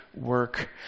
work